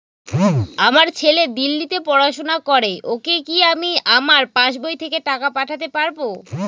আমার ছেলে দিল্লীতে পড়াশোনা করে ওকে কি আমি আমার পাসবই থেকে টাকা পাঠাতে পারব?